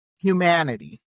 humanity